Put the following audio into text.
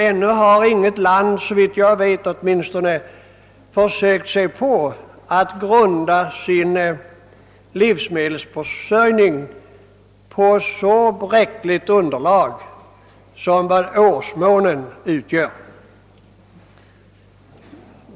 Ännu har inget land, åtminstone inte såvitt jag vet, försökt sig på att grunda sin livsmedelsproduktion på ett så bräckligt underlag som årsmånen utgör.